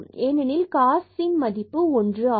ஏனெனில் cos இதன் மதிப்பு 1 ஆகும்